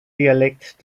dialekt